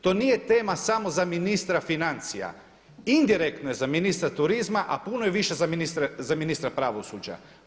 To nije tema samo za ministra financija, indirektno je za ministra turizma a puno je više za ministra pravosuđa.